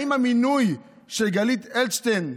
האם המינוי של גלית אלטשטיין,